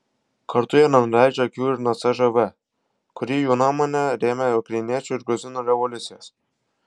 kartu jie nenuleidžia akių ir nuo cžv kuri jų nuomone rėmė ukrainiečių ir gruzinų revoliucijas